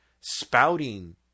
spouting